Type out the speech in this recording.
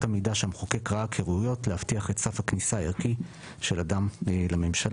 המידה שהמחוקק ראה כראויות להבטיח את סף הכניסה הערכי של אדם לממשלה.